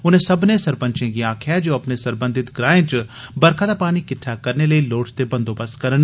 उनें सब्मने सरपंचें गी आखेआ जे ओह अपने सरबंधत ग्राए च बरखा दा पानी किट्ठा करने लेई लोड़चदे बंदोबस्त करन